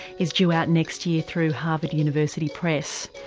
is due out next year through harvard university press.